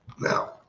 now